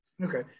Okay